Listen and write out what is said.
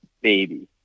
baby